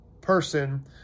person